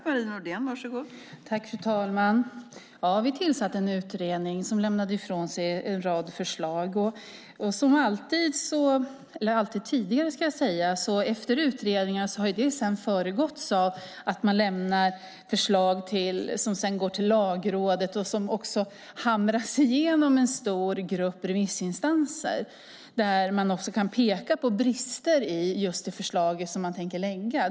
Fru talman! Vi tillsatte en utredning som lämnade ifrån sig en rad förslag. Alltid tidigare har man efter utredningar lämnat förslag som går till Lagrådet och hamras igenom en stor grupp remissinstanser där man kan peka på brister i det förslag som man tänker lägga fram.